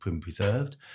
preserved